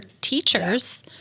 teachers